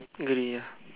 grey ah